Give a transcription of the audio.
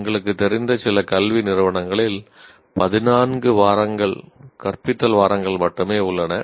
எங்களுக்குத் தெரிந்த சில கல்வி நிறுவனங்களில் 14 கற்பித்தல் வாரங்கள் மட்டுமே உள்ளன